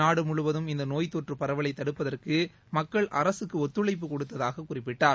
நாடு முழுவதும் இந்த நோய்த் தொற்று பரவலைத் தடுப்பதற்கு மக்கள் அரசுக்கு ஒத்துழைப்பு கொடுத்ததாக குறிப்பிட்டார்